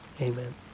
Amen